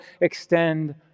extend